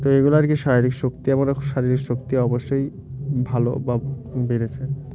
তো এগুলো আর কি শারীরিক শক্তি আমাদের শারীরিক শক্তি অবশ্যই ভালো বা বেড়েছে